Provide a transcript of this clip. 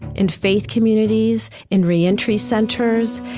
in faith communities, in reentry centers,